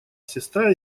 сестра